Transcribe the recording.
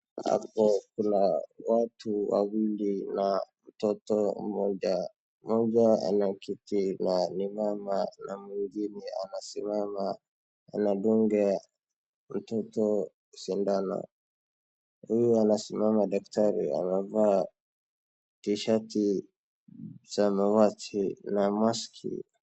Hapo kuna watu wawili na mtoto mmoja. Mmoja anaketi na ni mama na mwingine anasimama anadunga mtoto sindano. Huyu anasimama daktari anavaa tishati samawati na mask .